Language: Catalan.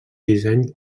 disseny